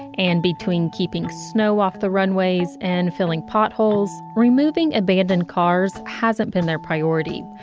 and between keeping snow off the runways and filling potholes, removing abandoned cars hasn't been their priority,